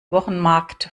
wochenmarkt